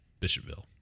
Bishopville